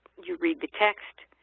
you read the text.